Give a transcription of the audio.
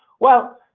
well,